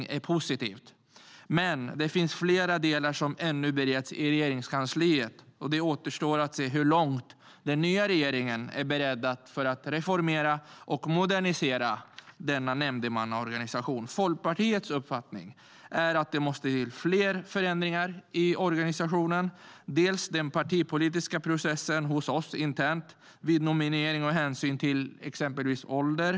Det är positivt. Men det finns flera delar som ännu bereds i Regeringskansliet. Det återstår att se hur långt den nya regeringen är beredd att reformera och modernisera denna nämndemannaorganisation. Folkpartiets uppfattning är att det måste till fler förändringar i organisationen. Det gäller den partipolitiska processen hos oss internt vid nominering med hänsyn till exempelvis ålder.